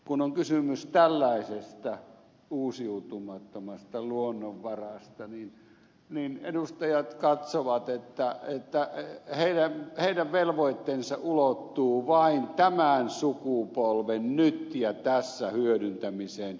kun on kysymys tällaisesta uusiutumattomasta luonnonvarasta niin edustajat katsovat että heidän velvoitteensa ulottuu vain tämän sukupolven nyt ja tässä hyödyntämiseen